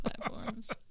Platforms